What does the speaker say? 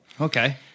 Okay